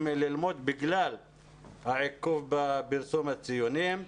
ללמוד בגלל העיכוב בפרסום הציונים.